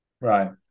Right